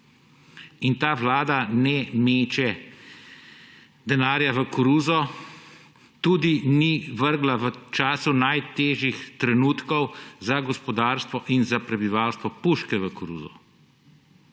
In ta vlada ne meče denarja v koruzo, tudi ni vrgla v času najtežjih trenutkov za gospodarstvo in za prebivalstvo puške v koruzo,